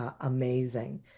amazing